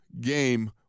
game